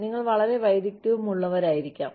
നിങ്ങൾ വളരെ വൈദഗ്ധ്യമുള്ളവരായിരിക്കാം